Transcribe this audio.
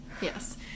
Yes